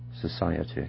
society